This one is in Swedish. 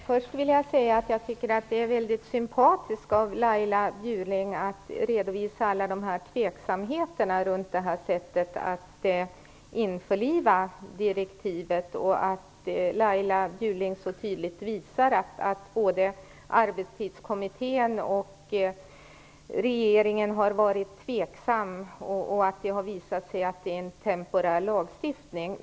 Fru talman! Jag tycker att det är väldigt sympatiskt av Laila Bjurling att redovisa alla tveksamheter runt sättet att införliva direktivet. Hon visar tydligt att såväl Arbetstidskommittén som regeringen har varit tveksamma, och att detta har visat sig vara en temporär lagstiftning.